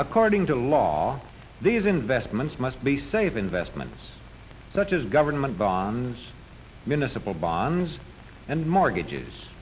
according to law these investments must be safe investments such as government bonds minister bonds and mortgages